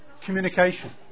communication